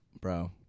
bro